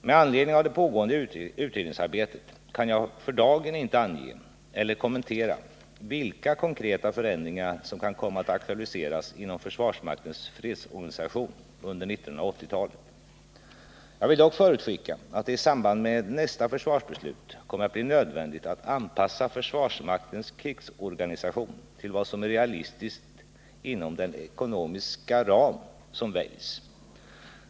Med anledning av det pågående utredningsarbetet kan jag för dagen inte ange — eller kommentera — vilka konkreta förändringar som kan komma att aktualiseras inon: försvarsmaktens fredsorganisation under 1980-talet. Jag vill dock förutskicka att det i samband med nästa försvarsbeslut kommer att bli nödvändigt att anpassa försvarsmaktens krigsorganisation till vad som är realistiskt inom den ekonomiska ram som väljs.